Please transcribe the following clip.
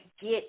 get